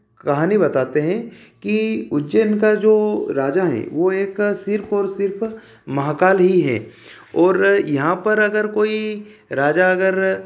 कहानी बताते हैं कि उज्जैन का जो राजा है वह एक सिर्फ़ और सिर्फ़ महाकाल ही है और यहाँ पर अगर कोई राजा अगर